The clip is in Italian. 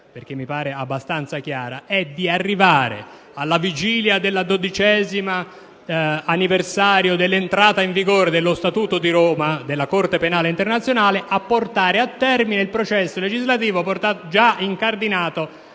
a me pare abbastanza chiara) è di arrivare alla vigilia del dodicesimo anniversario dell'entrata in vigore dello Statuto di Roma della Corte penale internazionale portando a termine il processo legislativo già incardinato